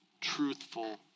truthful